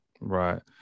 Right